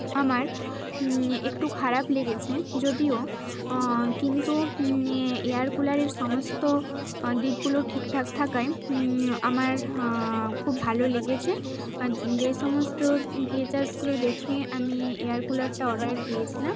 আমার একটু খারাপ লেগেছে যদিও কিন্তু এয়ার কুলারের সমস্ত দিকগুলোর ঠিকঠাক থাকায় আমার খুব ভালো লেগেছে যে সমস্ত ফিচার্সগুলো দেখে আমি এয়ার কুলারটা অর্ডার দিয়েছিলাম